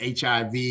hiv